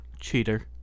cheater